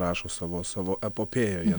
rašo savo savo epopėjoje